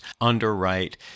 underwrite